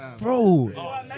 Bro